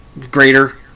greater